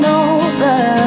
over